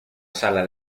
sala